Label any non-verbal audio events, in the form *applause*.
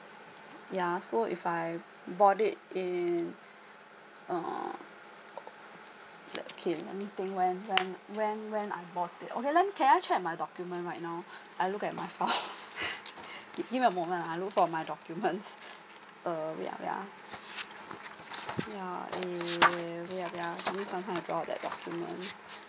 yeah so if I bought it in mm let okay let me think when when when when I bought it okay let me can I check my document right now I look at my file *laughs* gi~ give me a moment I look for my document uh wait ah wait ah yeah err wait ah wait ah I that document